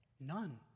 None